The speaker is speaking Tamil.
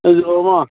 இது போதுமா